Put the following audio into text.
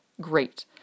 great